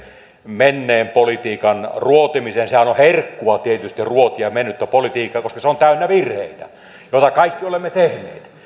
menneen politiikan ruotimiseen sehän on herkkua tietysti ruotia mennyttä politiikkaa koska se on täynnä virheitä joita kaikki olemme tehneet